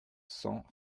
cents